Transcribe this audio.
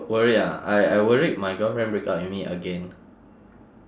worry ah I I worried my girlfriend break up with me again